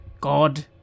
god